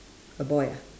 a boy ah